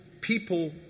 people